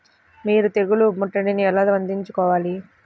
మీరు తెగులు ముట్టడిని ఎలా వదిలించుకోవాలి?